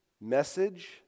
message